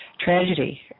tragedy